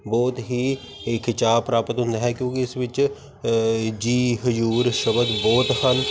ਬਹੁਤ ਹੀ ਖਿਚਾਓ ਪ੍ਰਾਪਤ ਹੁੰਦਾ ਹੈ ਕਿਉਂਕਿ ਇਸ ਵਿੱਚ ਜੀ ਹਜ਼ੂਰ ਸ਼ਬਦ ਬਹੁਤ ਹਨ